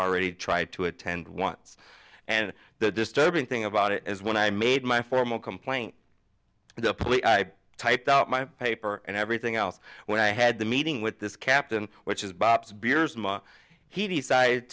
already tried to attend once and the disturbing thing about it is when i made my formal complaint to the police i typed up my paper and everything else when i had the meeting with this captain which is bob's beares mine he decided